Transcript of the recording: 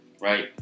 right